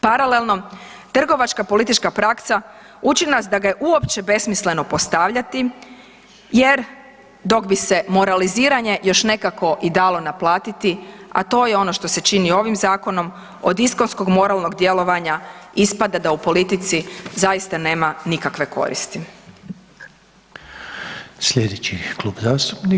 Paralelno, trgovačka politička praksa uči nas da ga je uopće besmisleno postavljati jer dok bi se moraliziranje još nekako i dalo naplatiti, a to je ono što se čini ovim zakonom, od iskonskog moralnog djelovanja ispada da u politici zaista nema nikakve koristi.